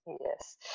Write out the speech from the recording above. yes